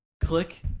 click